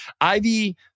Ivy